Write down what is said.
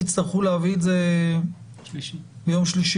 נצטרך לעשות בימי רביעי אבל אתם תצטרכו להביא את זה ביום שלישי.